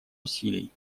усилий